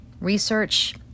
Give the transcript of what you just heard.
Research